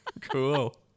cool